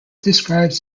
describes